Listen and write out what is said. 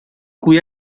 cui